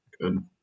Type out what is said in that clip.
Good